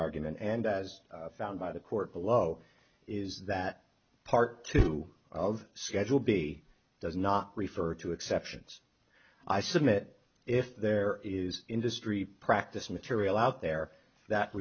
argument and as found by the court below is that part two of schedule b does not refer to exceptions i submit if there is industry practice material out there that